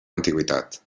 antiguitat